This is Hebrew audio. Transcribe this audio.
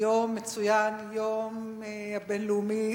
היום מצוין היום הבין-לאומי